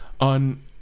on